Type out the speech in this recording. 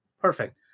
perfect